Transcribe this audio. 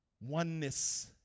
oneness